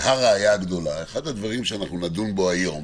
והראיה הגדולה אחד הדברים שאנחנו נדון בו היום